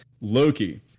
Loki